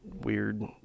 weird